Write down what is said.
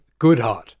Goodhart